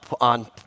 on